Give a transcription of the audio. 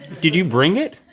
did you bring it?